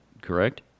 correct